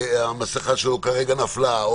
המסכה שלו כרגע נפלה,